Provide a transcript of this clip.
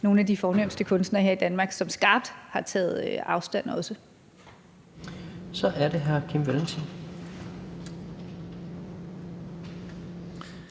nogle af de fornemste kunstnere her i Danmark, som også skarpt har taget afstand fra det. Kl.